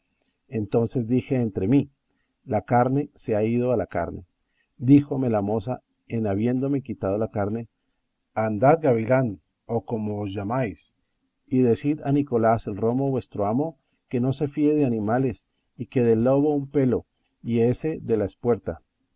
entonces dije entre mí la carne se ha ido a la carne díjome la moza en habiéndome quitado la carne andad gavilán o como os llamáis y decid a nicolás el romo vuestro amo que no se fíe de animales y que del lobo un pelo y ése de la espuerta